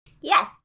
Yes